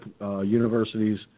universities